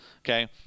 Okay